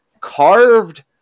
carved